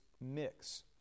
mix